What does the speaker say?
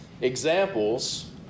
examples